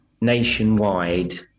nationwide